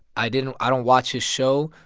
i didn't i don't watch his show.